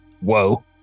Whoa